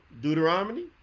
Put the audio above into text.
Deuteronomy